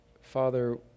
Father